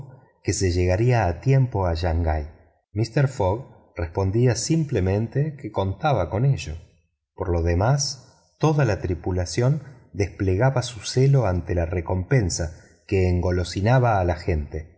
que llegarían a tiempo a shangai mister fogg respondía simplemente que contaba con ello por lo demás toda la tripulación desplegaba su celo ante la recompensa que engolosinaba a la gente